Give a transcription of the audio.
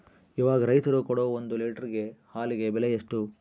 ಇವಾಗ ರೈತರು ಕೊಡೊ ಒಂದು ಲೇಟರ್ ಹಾಲಿಗೆ ಬೆಲೆ ಎಷ್ಟು?